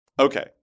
Okay